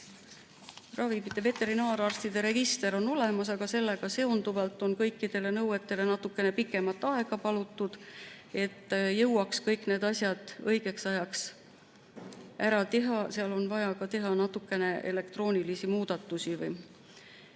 pabereid.) Veterinaararstide register on olemas, aga sellega seonduvalt on kõikidele nõuetele natukene pikemat aega palutud, et jõuaks kõik need asjad õigeks ajaks ära teha, seal on vaja teha ka natukene elektroonilisi muudatusi. Siis